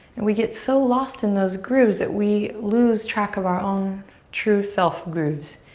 and we get so lost in those grooves that we lose track of our own true self grooves.